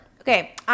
Okay